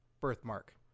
birthmark